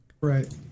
right